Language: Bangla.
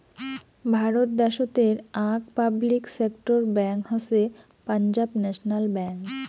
ভারত দ্যাশোতের আক পাবলিক সেক্টর ব্যাঙ্ক হসে পাঞ্জাব ন্যাশনাল ব্যাঙ্ক